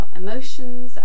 emotions